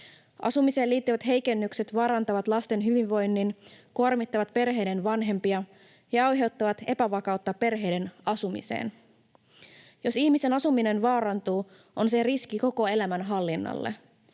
Asumiseen liittyvät heikennykset vaarantavat lasten hyvinvoinnin, kuormittavat perheiden vanhempia ja aiheuttavat epävakautta perheiden asumiseen. Jos ihmisen asuminen vaarantuu, on se riski koko elämän hallinnalle.